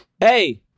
Hey